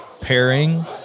pairing